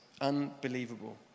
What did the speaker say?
unbelievable